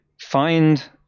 find